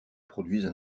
produisent